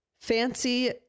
fancy